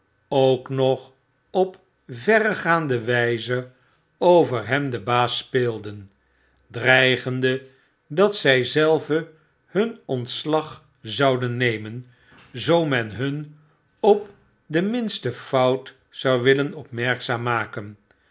ook nog op verregaande wijze over hem den baas speelden dreigende dat zij zelve hun ontslag zouden nemen zoo men hun op de minste tout zou willen opmerkzaam maken